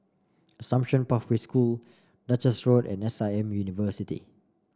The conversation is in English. Assumption Pathway School Duchess Road and S I M University